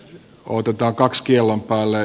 otetaan kaksi kiellon päälle